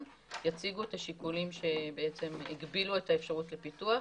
יציגו את השיקולים שהגבילו את האפשרות לפיתוח.